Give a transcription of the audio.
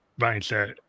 mindset